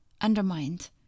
undermined